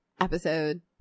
episode